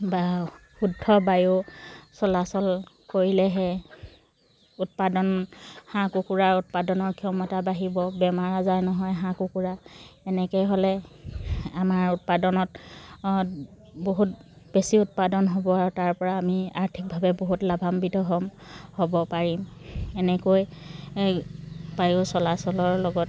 বা শুদ্ধ বায়ু চলাচল কৰিলেহে উৎপাদন হাঁহ কুকুৰা উৎপাদনৰ ক্ষমতা বাঢ়িব বেমাৰ আজাৰ নহয় হাঁহ কুকুৰা এনেকৈ হ'লে আমাৰ উৎপাদনত বহুত বেছি উৎপাদন হ'ব আৰু তাৰ পৰা আমি আৰ্থিকভাৱে বহুত লাভাম্বিত হ'ব পাৰিম এনেকৈ বায়ু চলাচলৰ লগত